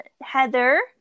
Heather